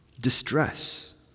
distress